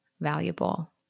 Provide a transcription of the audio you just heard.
valuable